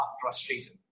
frustrated